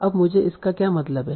अब मुझे इससे क्या मतलब है